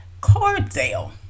Cordell